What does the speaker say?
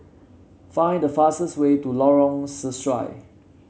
find the fastest way to Lorong Sesuai